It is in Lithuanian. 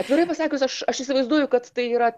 atvirai pasakius aš aš įsivaizduoju kad tai yra